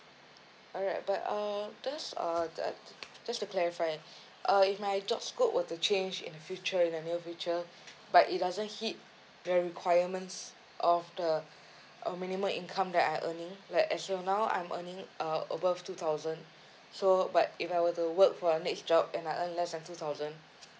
alright but uh just uh uh just to clarify and uh if my job scope were to change in future in the near future but it doesn't hit the requirements of the uh minimum income that I earning like as for now I'm earning uh above two thousand so but if I were to work for a next job and I earn less than two thousand